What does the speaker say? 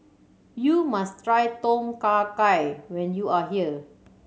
you must try Tom Kha Gai when you are here